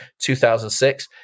2006